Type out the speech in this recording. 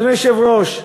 אדוני היושב-ראש,